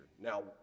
Now